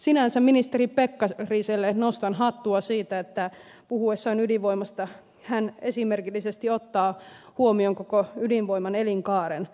sinänsä ministeri pekkariselle nostan hattua siitä että puhuessaan ydinvoimasta hän esimerkillisesti ottaa huomioon koko ydinvoiman elinkaaren